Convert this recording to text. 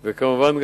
וכמובן,